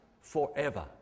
forever